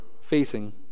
facing